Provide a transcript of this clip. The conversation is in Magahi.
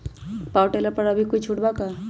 पाव टेलर पर अभी कोई छुट बा का?